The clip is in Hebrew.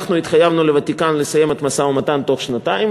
אנחנו התחייבנו לוותיקן לסיים את המשא-ומתן בתוך שנתיים,